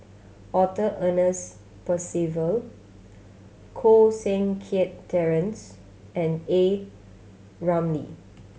Arthur Ernest Percival Koh Seng Kiat Terence and A Ramli